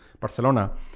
Barcelona